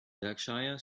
berkshire